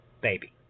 baby